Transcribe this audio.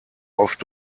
oft